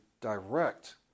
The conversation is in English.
direct